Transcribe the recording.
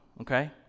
Okay